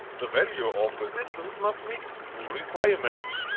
the value of resistance must meet to requirements